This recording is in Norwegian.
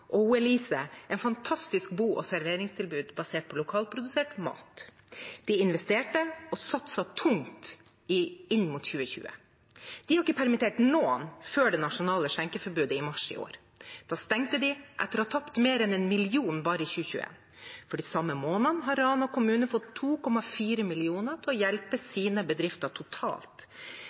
Elise et fantastisk bo- og serveringstilbud basert på lokalprodusert mat. De investerte og satset tungt inn mot 2020. De hadde ikke permittert noen før det nasjonale skjenkeforbudet i mars i år. Da stengte de, etter å ha tapt mer enn 1 mill. kr bare i 2021. For de samme månedene har Rana kommune fått 2,4 mill. kr totalt til å hjelpe sine bedrifter.